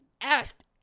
Asked